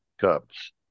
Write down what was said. cups